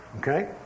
Okay